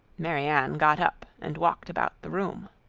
marianne got up and walked about the room.